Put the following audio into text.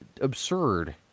Absurd